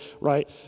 right